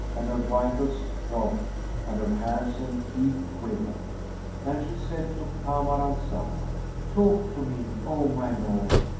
and her vitals throbbed and her hands and feet quivered and she said to kamar al-zaman talk to me, o my lord!